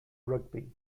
rugby